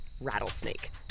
rattlesnake